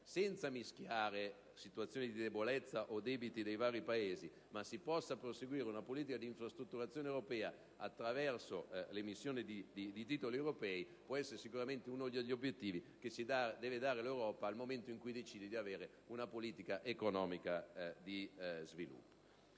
senza mischiare situazioni di debolezza o debiti dei vari Paesi, si possa perseguire una politica di infrastrutturazione europea attraverso l'emissione di titoli europei può essere uno degli obiettivi che si deve dare l'Europa nel momento in cui decide di avere una politica economica di sviluppo.